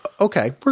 Okay